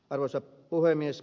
arvoisa puhemies